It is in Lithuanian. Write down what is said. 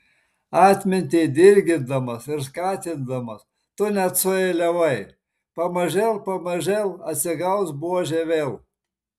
atmintį dirgindamas ir skatindamas tu net sueiliavai pamažėl pamažėl atsigaus buožė vėl